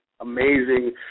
amazing